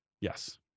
Yes